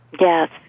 Yes